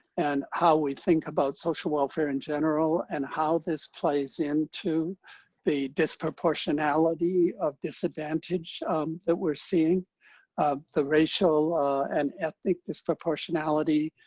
and how we think about social welfare in general, and how this plays in to the dis-proportionality of disadvantage that we're seeing the racial and ethnic dis-proportionality